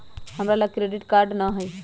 हमरा लग credit card नऽ हइ